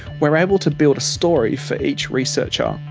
we are able to build a story for each researcher,